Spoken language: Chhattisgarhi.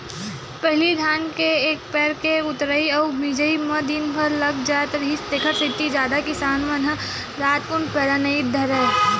पहिली धान के एक पैर के ऊतरई अउ मिजई म दिनभर लाग जाय ऐखरे सेती जादा किसान मन ह रातकुन पैरा नई धरय